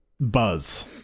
buzz